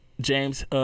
James